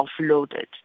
offloaded